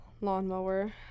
lawnmower